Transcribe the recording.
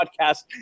podcast